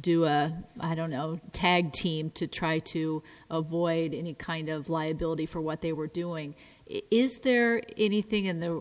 do i don't know tag team to try to avoid any kind of liability for what they were doing is there anything in the